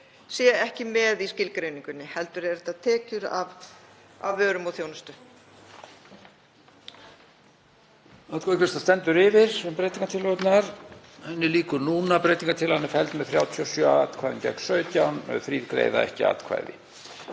séu ekki með í skilgreiningunni heldur séu þetta tekjur af vörum og þjónustu.